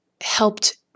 helped